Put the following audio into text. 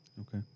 Okay